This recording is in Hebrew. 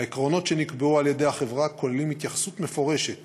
העקרונות שנקבעו על-ידי החברה כוללים התייחסות מפורשת